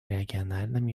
региональном